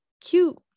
cute